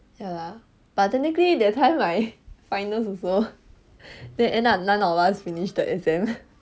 ya lah but technically that time my finals also then end up none of us finished the exam